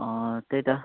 अँ त्यही त